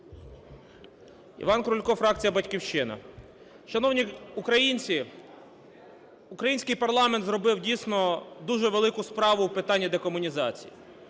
Іван Крулько, фракція "Батьківщина". Шановні українці, український парламент зробив, дійсно, дуже велику справу у питанні декомунізації.